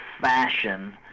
fashion